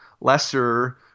lesser